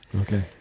Okay